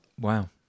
Wow